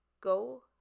Go